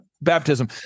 baptism